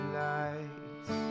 lights